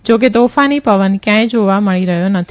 જોકે તોફાની પવન ક્યાંય જોવા મળી રહ્યો નથી